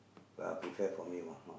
uh prepare for me one house